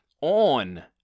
on